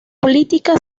política